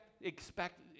expect